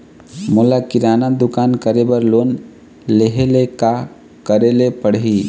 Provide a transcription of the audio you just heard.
मोला किराना दुकान करे बर लोन लेहेले का करेले पड़ही?